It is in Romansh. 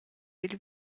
dil